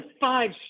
five